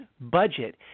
budget